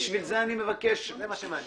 זה מה שמעניין.